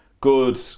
good